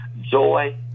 joy